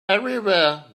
everywhere